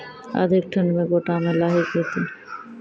अधिक ठंड मे गोटा मे लाही गिरते?